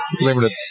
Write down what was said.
Limited